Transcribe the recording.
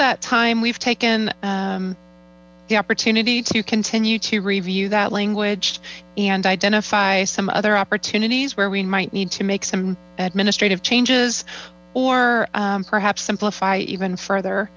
tttimimee'e've takn the opportunity to continue to review that language and identify some other opportunities where we might need to make some administrative changes or perhaps simplify even further